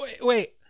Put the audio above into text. wait